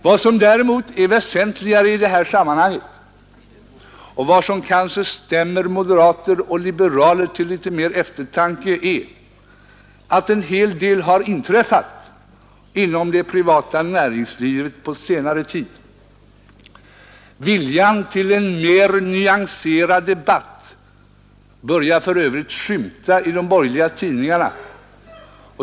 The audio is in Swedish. Vad som däremot är väsentligare i det här sammanhanget, och vad som kanske stämmer moderater och liberaler till litet mer eftertanke, är att en hel del har inträffat inom det privata näringslivet på senare tid. Viljan till en mer nyanserad debatt börjar för övrigt skymta i de borgerliga tidningarna.